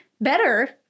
better